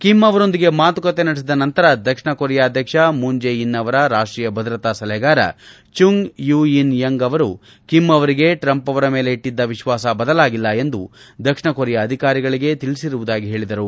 Kim ಅವರೊಂದಿಗೆ ಮಾತುಕತೆ ನಡೆಸಿದ ನಂತರ ದಕ್ಷಿಣ ಕೊರಿಯಾ ಅಧ್ಯಕ್ಷ ಮೂನ್ ಜೆ ಇನ್ ಅವರ ರಾಷ್ಷೀಯ ಭದ್ರತಾ ಸಲಹೆಗಾರ ಚುಂಗ್ ಯುಇ ಯಂಗ್ ಅವರು ಕಿಮ್ ಅವರಿಗೆ ಟ್ರಂಪ್ ಅವರ ಮೇಲೆ ಇಟ್ಟದ್ದ ವಿಶ್ವಾಸ ಬದಲಾಗಿಲ್ಲ ಎಂದು ದಕ್ಷಿಣ ಕೊರಿಯಾ ಅಧಿಕಾರಿಗಳಿಗೆ ಅವರು ತಿಳಿಸಿರುವುದಾಗಿ ಹೇಳಿದರು